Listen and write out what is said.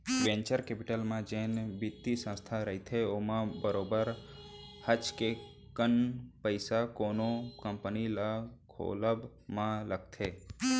venture capital म जेन बित्तीय संस्था रहिथे ओमा बरोबर काहेच कन पइसा कोनो कंपनी ल खोलब म लगथे